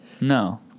No